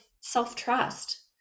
self-trust